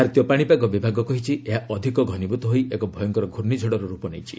ଭାରତୀୟ ପାଣିପାଗ ବିଭାଗ କହିଛି ଏହା ଅଧିକ ଘନୀଭୂତ ହୋଇ ଏକ ଭୟଙ୍କର ପ୍ରର୍ଷିଝଡ଼ର ରୂପ ନେଇଛି